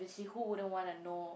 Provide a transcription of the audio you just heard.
~viously who wouldn't want to know